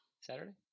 Saturday